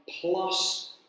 plus